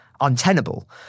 untenable